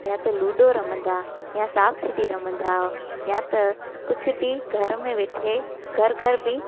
या त लुडो रमंदा या साप सीढ़ी रमंदा या त कुझु बि घर में वेठे घर घर बि